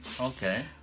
Okay